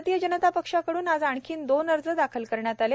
भारतीय जनता पक्षाकडून आज आणखीन दोन अर्ज दाखल करण्यात आले